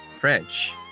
French